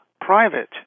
private